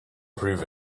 prove